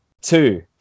two